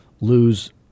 lose